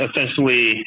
essentially